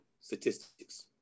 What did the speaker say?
statistics